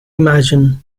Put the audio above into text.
imagine